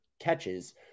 catches